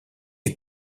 est